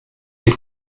den